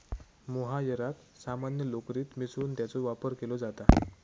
मोहायराक सामान्य लोकरीत मिसळून त्याचो वापर केलो जाता